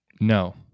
No